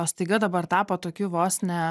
o staiga dabar tapo tokiu vos ne